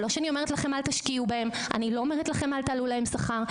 ולא שאני אומרת לכם לא להשקיע בהן ולא להעלות להן את השכר.